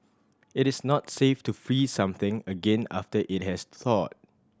it is not safe to freeze something again after it has thawed